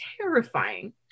terrifying